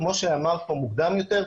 כמו שאמרת פה מוקדם יותר,